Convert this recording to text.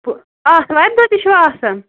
بہٕ آتھوارِ دۅہ تہِ چِھوا آسان